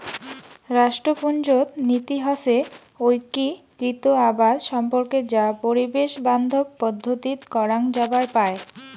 রাষ্ট্রপুঞ্জত নীতি হসে ঐক্যিকৃত আবাদ সম্পর্কে যা পরিবেশ বান্ধব পদ্ধতিত করাং যাবার পায়